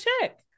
check